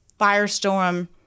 firestorm